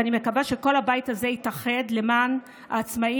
ואני מקווה שכל הבית הזה יתאחד למען העצמאים,